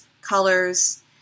colors